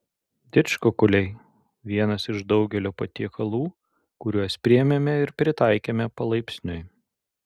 didžkukuliai vienas iš daugelio patiekalų kuriuos priėmėme ir pritaikėme palaipsniui